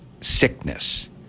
sickness